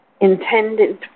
intended